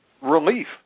relief